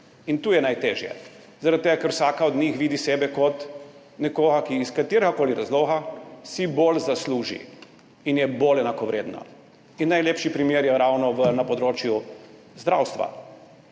In to je najtežje, zaradi tega, ker vsaka od njih vidi sebe kot nekoga, ki si iz kateregakoli razloga bolj zasluži in je bolj enakovredna. In najlepši primer je ravno na področju zdravstva,